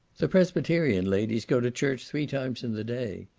the presbyterian ladies go to church three times in the day,